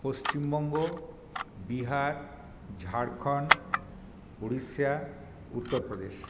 Paschimbanga Bihar Jharkhand Orissa Uttar Pradesh